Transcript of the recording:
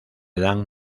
dan